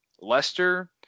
Lester